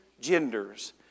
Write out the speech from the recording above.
genders